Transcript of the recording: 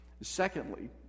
Secondly